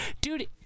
dude